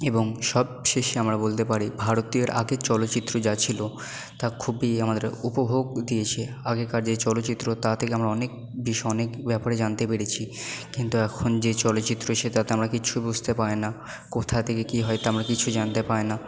এবং সবশেষে আমরা বলতে পারি ভারতীয়র আগের চলচ্চিত্র যা ছিল তা খুবই আমাদের উপভোগ দিয়েছে আগেকার যে চলচ্চিত্র তা থেকে আমরা অনেক অনেক ব্যাপারে জানতে পেরেছি কিন্তু এখন যে চলচ্চিত্র সেটাতে আমরা কিচ্ছু বুঝতে পারি না কোথা থেকে কী হয় তা আমরা কিছু জানতে পারি না